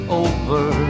over